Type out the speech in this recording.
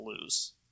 lose